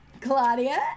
Claudia